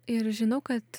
ir žinau kad